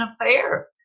affair